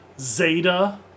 Zeta